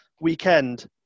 weekend